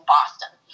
Boston